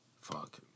fuck